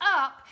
up